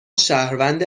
شهروند